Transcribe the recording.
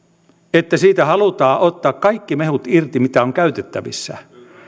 että siitä halutaan ottaa kaikki mehut irti mitä on käytettävissä